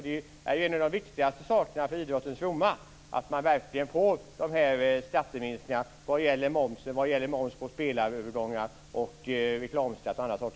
Det är ju en av de viktigaste sakerna för idrottens fromma att man verkligen får de här skatteminskningarna vad gäller moms, moms på spelarövergångar, reklamskatt och annat.